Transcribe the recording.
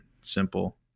simple